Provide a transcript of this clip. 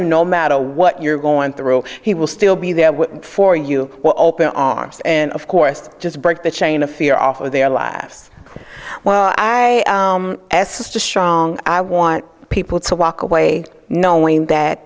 you no matter what you're going through he will still be there for you will open arms and of course just break the chain of fear off of their lives well i s a strong i want people to walk away knowing that